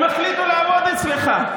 הם החליטו לעבוד אצלך.